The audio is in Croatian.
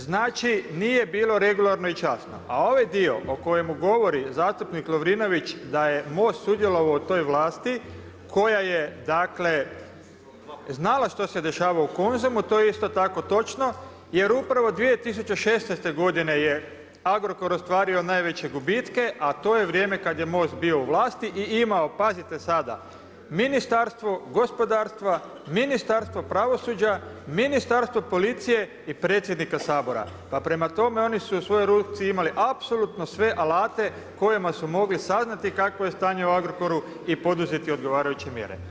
Znači nije bilo regularno i časno, a ovaj dio oko kojemu govori zastupnik Lovrinović da je MOST sudjelovao u toj vlasti koja je dakle, znala što se dešava u Konzumu, to je isto tako točno jer upravo 2016. godine je Agrokor ostvario najveće gubitke a to je vrijeme kad je MOST bio u vlasti i imao, pazite sada, Ministarstvo gospodarstva, Ministarstvo pravosuđa, Ministarstvo policije i predsjednika Sabora pa prema tome, oni su u svojoj ruci imali apsolutno sve alate kojima su mogli saznati kakvo je stanje u Agrokoru i poduzeti odgovarajuće mjere.